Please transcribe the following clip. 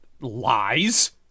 lies